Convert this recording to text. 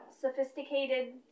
sophisticated